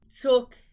took